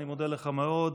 אני מודה לך מאוד.